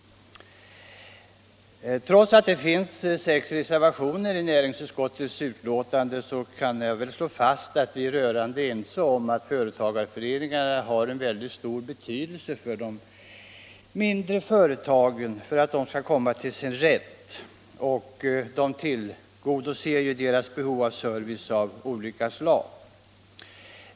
Trots att det finns sex reservationer till näringsutskottets betänkande kan jag slå fast att vi är rörande ense om att företagareföreningarna har en väldigt stor betydelse för de mindre företagen, för att de skall komma till sin rätt. Företagareföreningarna tillgodoser ju deras behov av service av olika slag.